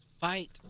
Fight